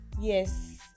yes